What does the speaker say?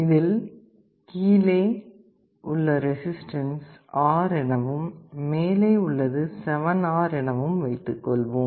இதில் கீழே உள்ள ரெசிஸ்டன்ஸ் R எனவும் மேலே உள்ளது 7R எனவும் வைத்துக் கொள்வோம்